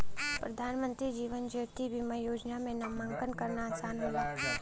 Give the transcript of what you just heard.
प्रधानमंत्री जीवन ज्योति बीमा योजना में नामांकन करना आसान होला